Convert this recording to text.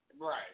Right